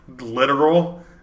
literal